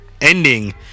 ending